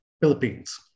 Philippines